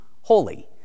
holy